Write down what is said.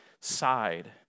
side